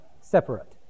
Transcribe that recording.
separate